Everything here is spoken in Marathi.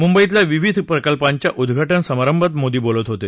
मुंबईतल्या विविध प्रकल्पांच्या उद्घाटन समारंभात मोदी बोलत होते